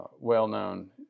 well-known